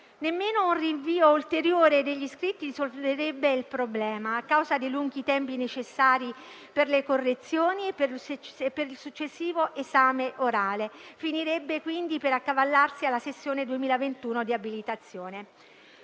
Nemmeno un rinvio ulteriore degli scritti risolverebbe il problema, a causa dei lunghi tempi necessari per le correzioni e per il successivo esame orale. Finirebbe quindi per accavallarsi alla sessione di abilitazione